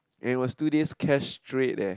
it was two days cash straight leh